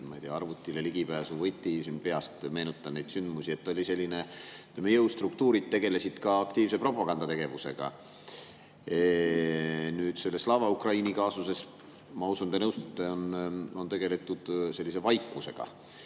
arvutile ligipääsu võti. Peast meenutan neid sündmusi. Ütleme nii, et jõustruktuurid tegelesid ka aktiivse propagandategevusega. Slava Ukraini kaasuses – ma usun, et te nõustute – on tegeletud sellise vaikusega.